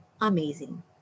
amazing